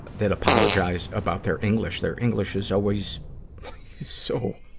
that apologize about their english, their english is always so,